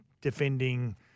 defending